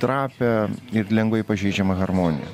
trapią ir lengvai pažeidžiamą harmoniją